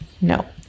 No